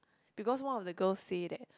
because one of the girls say that